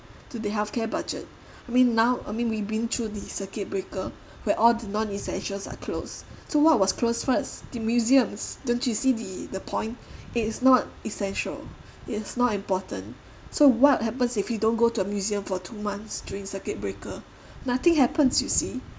to the healthcare budget I mean now I mean we been through the circuit breaker where all the non essentials are closed so what was close first the museums don't you see the the point it is not essential it's not important so what happens if you don't go to a museum for two months during circuit breaker nothing happens you see